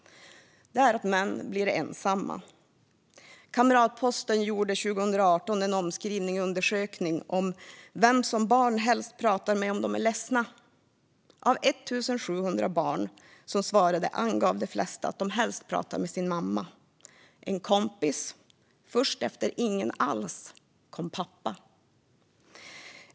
Det är att män blir mer ensamma. Kamratposten gjorde 2018 en omskriven undersökning om vem som barn helst pratar med om de är ledsna. Av 1 700 barn som svarade angav de flesta att de helst pratade med sin mamma eller en kompis. Först efter "ingen alls" kom pappa.